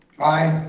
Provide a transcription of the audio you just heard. aye.